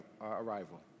arrival